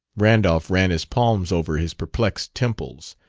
randolph ran his palms over his perplexed temples.